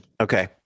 Okay